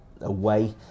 away